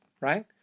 right